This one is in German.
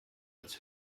als